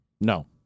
No